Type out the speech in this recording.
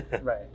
right